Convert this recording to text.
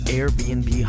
Airbnb